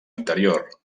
anterior